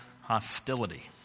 hostility